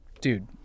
dude